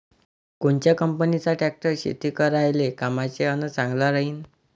कोनच्या कंपनीचा ट्रॅक्टर शेती करायले कामाचे अन चांगला राहीनं?